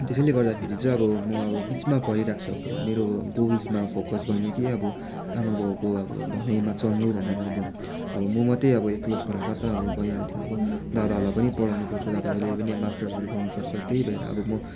त्यसैले गर्दा फेरि चाहिँ अब म अब बिचमा परिरहेको छु अब मेरो गोल्समा फोकस गर्नु कि अब आमा बाउको अब भनाइमा चल्नु भनेर अब अब म मात्रै अब एक्लो छोराको त अब भइहाल्थ्यो अब दादाहरूलाई पनि पढाउनु पर्छ दादाहरूले पनि अब मास्टर्सहरू गर्नु पर्छ त्यही भएर अब म